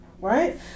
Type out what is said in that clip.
right